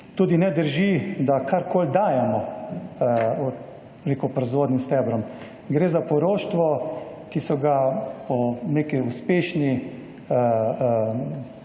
Tudi ne drži, da karkoli dajemo proizvodnim stebrom. Gre za poroštvo, ki so ga po neki uspešni,